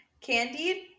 Candied